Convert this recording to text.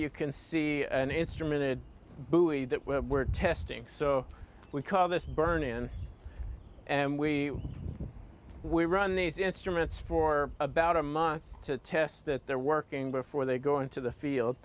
you can see an instrument a buoy that we're testing so we call this burnin and we we run these instruments for about a month to test that they're working before they go into the field